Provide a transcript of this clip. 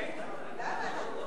למה?